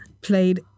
Played